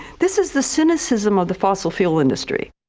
this is the cynicism of the fossil fuel industry.